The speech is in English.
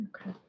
Okay